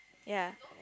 ya